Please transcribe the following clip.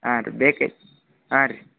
ಹಾಂ ಅದು ಬೇಕಿತ್ತು ಹಾಂ ರೀ